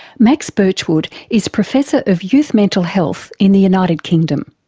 max birchwood is professor of youth mental health in the united kingdom.